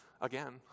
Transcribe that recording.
Again